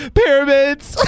pyramids